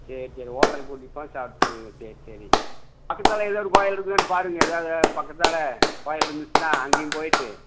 சரி சரி ஹோட்டலுக்கு கூட்டிட்டு போனால் சாப்பிட்டுக்குணும் சரி சரி பக்கத்தில் எதாவது ஒரு கோவில் இருக்கான்னு பாருங்கள் எதாவது பக்கத்தில் கோவில் இருந்துச்சுன்னா அங்கேயும் போய்விட்டு